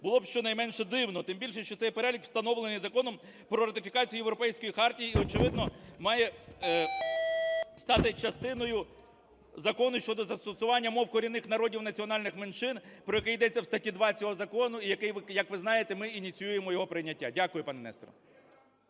було б щонайменше дивно, тим більше, що цей перелік встановлений Законом про ратифікацію Європейської хартії і, очевидно, має стати частиною закону щодо застосування мов корінних народів національних меншин, про який йдеться в статті 2 цього закону і який, як ви знаєте, ми ініціюємо його прийняття. Дякую, пане Несторе.